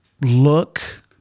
look